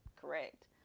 correct